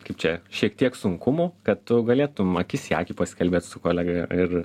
kaip čia šiek tiek sunkumų kad tu galėtum akis į akį pasikalbėt su kolega ir